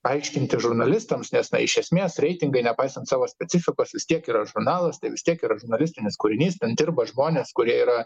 aiškinti žurnalistams nes na iš esmės reitingai nepaisant savo specifikos vis tiek yra žurnalas tai vis tiek yra žurnalistinis kūrinys ten dirba žmonės kurie yra